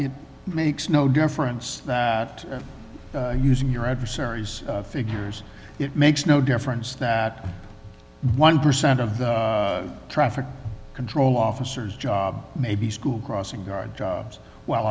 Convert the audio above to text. it makes no difference using your adversaries figures it makes no difference that one percent of the traffic control officers job maybe school crossing guard jobs w